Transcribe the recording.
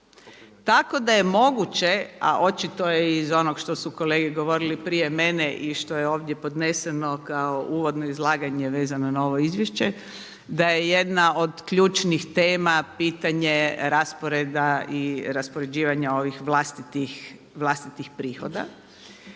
Tako da je moguće a očito je i iz onog što su kolege govorili prije mene i što je ovdje podneseno kao uvodno izlaganje vezano na ovo izvješće da je jedna od ključnih tema pitanje rasporeda i raspoređivanja ovih vlastitih prihoda.